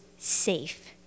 safe